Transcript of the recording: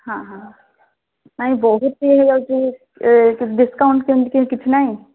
ହଁ ହଁ ନାଇଁ ବହୁତ ହେଇଯାଉଛି ଏ ଡିସକାଉଣ୍ଟ୍ କେମିତି କିଛି ନାହିଁ